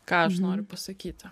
ką aš noriu pasakyti